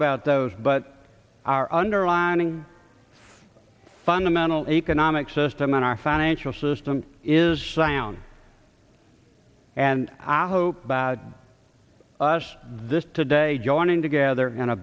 about those but our underlying fundamental economic system and our financial system is sound and i hope bad us this today joining together in a